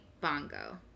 bongo